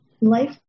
life